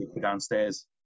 downstairs